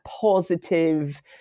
positive